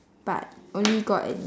but only god and